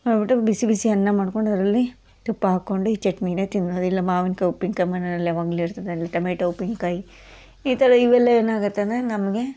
ಮಾಡ್ಬಿಟ್ಟು ಬಿಸಿ ಬಿಸಿ ಅನ್ನ ಮಾಡಿಕೊಂಡು ಅದರಲ್ಲಿ ತುಪ್ಪ ಹಾಕ್ಕೊಂಡು ಈ ಚಟ್ನೀನೆ ತಿನ್ನದು ಇಲ್ಲ ಮಾವಿನ ಕಾಯಿ ಉಪ್ಪಿನ್ಕಾಯಿ ಮನೇನಲ್ಲಿ ಯಾವಾಗ್ಲೂ ಇರ್ತದೆ ಇವಾಗ ಟೊಮೇಟೊ ಉಪ್ಪಿನ್ಕಾಯಿ ಈ ಥರ ಇವೆಲ್ಲ ಏನಾಗತ್ತೆ ಅಂದರೆ ನಮಗೆ